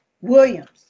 Williams